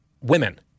women